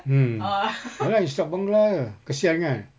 mm ya lah instruct bangla jer kesian kan